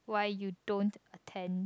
why you don't attend